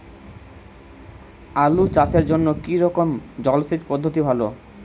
আলু চাষের জন্য কী রকম জলসেচ পদ্ধতি ভালো?